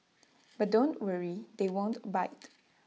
but don't worry they won't bite